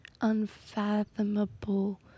unfathomable